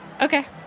Okay